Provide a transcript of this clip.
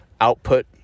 output